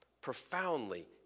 profoundly